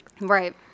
Right